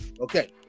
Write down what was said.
Okay